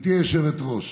גברתי היושבת-ראש,